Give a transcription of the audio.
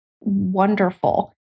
wonderful